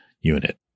unit